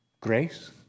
grace